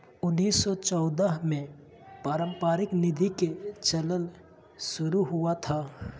उन्नीस सौ चौदह में पारस्परिक निधि के चलन शुरू हुआ था